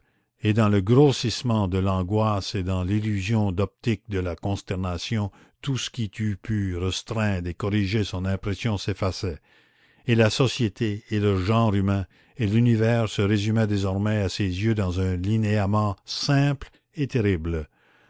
et dans le grossissement de l'angoisse et dans l'illusion d'optique de la consternation tout ce qui eût pu restreindre et corriger son impression s'effaçait et la société et le genre humain et l'univers se résumaient désormais à ses yeux dans un linéament simple et terrible